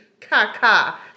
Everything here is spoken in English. kaka